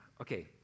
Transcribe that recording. okay